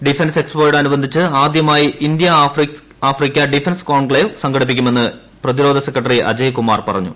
defence എക്സ്പോയോടനുബ്പ്സിച്ച് ആദ്യമായി India Africa defence conclave സ്കൂഘടിപ്പിക്കുമെന്ന് പ്രതിരോധ സെക്രട്ടറി അജയ്കുമാർ പറഞ്ഞു